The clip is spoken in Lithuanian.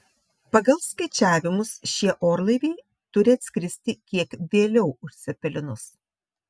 pagal skaičiavimus šie orlaiviai turi atskristi kiek vėliau už cepelinus